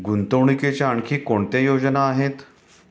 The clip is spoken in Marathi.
गुंतवणुकीच्या आणखी कोणत्या योजना आहेत?